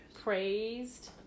praised